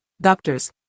doctors